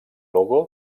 logo